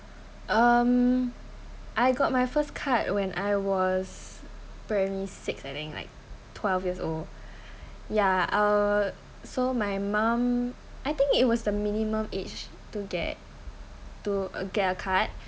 um I got my first card when I was primary six I think like twelve years old ya uh so my mum I think it was minimum age to get to get a card